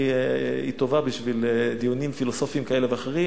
טובה בשביל דיונים פילוסופיים כאלה ואחרים,